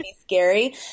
scary